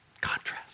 Contrast